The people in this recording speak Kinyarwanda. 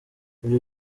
ibyo